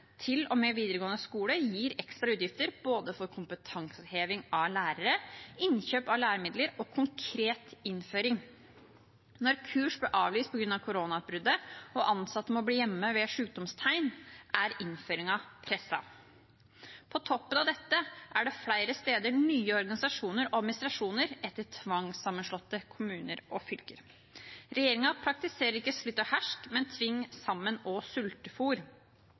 videregående skole gir ekstra utgifter for både kompetanseheving av lærere, innkjøp av læremidler og konkret innføring. Når kurs ble avlyst på grunn av koronautbruddet og ansatte må bli hjemme ved sykdomstegn, er innføringen presset. På toppen av dette er det flere steder nye organisasjoner og administrasjoner etter tvangssammenslåtte kommuner og fylker. Regjeringen praktiserer ikke splitt og hersk, men tving sammen og